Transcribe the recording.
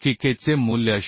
की K चे मूल्य 0